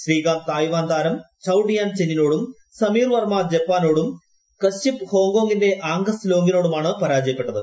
ശ്രീകാന്ത് തായ്വാൻതാരം Chou Tien ചെന്നിനോടും സമീർ വർമ്മ ജപ്പാനോടും കശ്യപ് ഹോങ്കോംഗിന്റെ ആംഗസ് ലോങ്ങിനോടുമാണ് പരാജയപ്പെട്ടത്